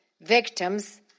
victims